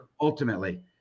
ultimately